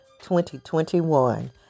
2021